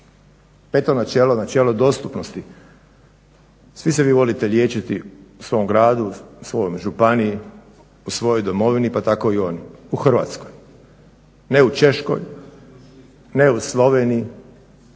Peto načelo, načelo dostupnosti. Svi se vi volite liječiti u svom gradu, u svojoj županiji, u svojoj Domovini pa tako i oni u Hrvatskoj. Ne u Češkoj, ne u Sloveniji